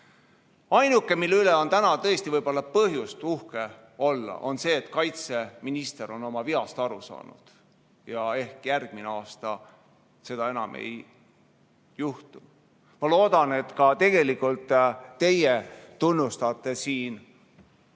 Ainuke, mille üle on täna tõesti võib-olla põhjust uhke olla, on see, et kaitseminister on oma veast aru saanud. Ja ehk järgmine aasta seda enam ei juhtu. Ma loodan, et ka teie tunnistate siin,